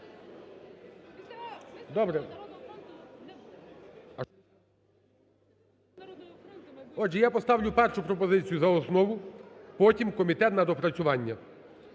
Добре. Отже, я поставлю першу пропозицію – за основу, потім комітет – на доопрацювання.